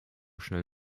schnell